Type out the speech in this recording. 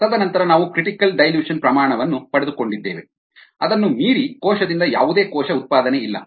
ತದನಂತರ ನಾವು critical dilution ಪ್ರಮಾಣವನ್ನು ಪಡೆದುಕೊಂಡಿದ್ದೇವೆ ಅದನ್ನು ಮೀರಿ ಕೋಶದಿಂದ ಯಾವುದೇ ಕೋಶ ಉತ್ಪಾದನೆ ಇಲ್ಲ